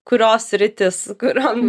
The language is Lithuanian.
kurios sritys kuriom